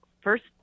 first